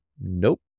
nope